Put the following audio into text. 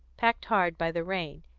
packed hard by the rain,